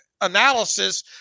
analysis